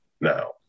now